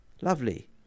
Lovely